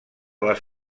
les